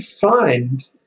find